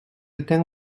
était